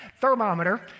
thermometer